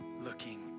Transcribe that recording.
looking